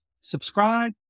subscribe